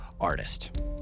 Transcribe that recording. artist